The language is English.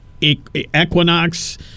equinox